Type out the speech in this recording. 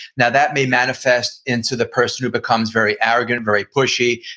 now that may manifest into the person who becomes very arrogant, very pushy,